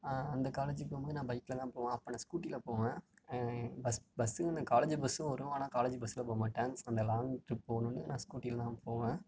அந்த காலேஜுக்கு போம்போது நான் பைக்கில்தான் போவேன் அப்போ நான் ஸ்கூட்டியில போவேன் பஸ் பஸ்ஸுக்குன்னா காலேஜ் பஸ்ஸும் வரும் ஆனால் காலேஜ் பஸ்ஸில் போ மாட்டேன் அந்த லாங் ட்ரிப் போகணுன்னு ஸ்கூட்டியில தான் போவேன்